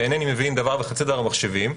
שאינני מבין דבר וחצי דבר במחשבים,